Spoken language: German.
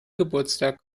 geburtstag